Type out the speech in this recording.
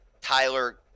Tyler